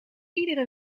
iedere